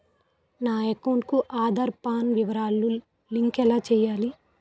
నా అకౌంట్ కు ఆధార్, పాన్ వివరాలు లంకె ఎలా చేయాలి?